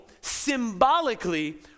symbolically